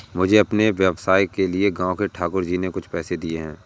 मुझे अपने व्यवसाय के लिए गांव के ठाकुर जी ने कुछ पैसे दिए हैं